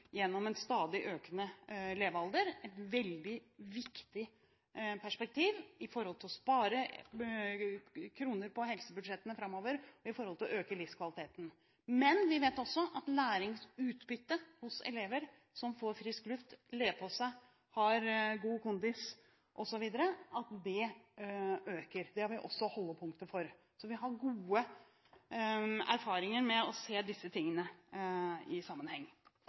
gjennom en stadig økende levealder – et veldig viktig perspektiv med tanke på å spare kroner på helsebudsjettene framover og å øke livskvaliteten. Men vi vet også at læringsutbyttet hos elever som får frisk luft, får lee på seg, har god kondis osv., øker. Det har vi også holdepunkter for. Vi har gode erfaringer med å se disse tingene i sammenheng.